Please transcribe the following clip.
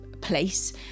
place